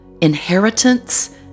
Inheritance